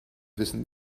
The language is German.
wissen